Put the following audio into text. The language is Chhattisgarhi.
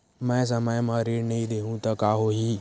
मैं समय म ऋण नहीं देहु त का होही